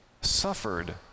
suffered